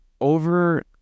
over